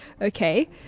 Okay